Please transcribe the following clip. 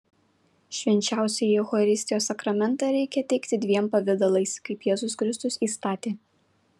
švenčiausiąjį eucharistijos sakramentą reikia teikti dviem pavidalais kaip jėzus kristus įstatė